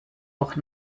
auch